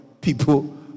people